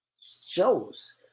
shows